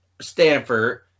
Stanford